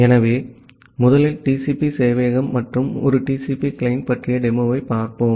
ஆகவே முதலில் TCP சேவையகம் மற்றும் ஒரு TCP கிளையன்ட் பற்றிய டெமோவைப் பார்ப்போம்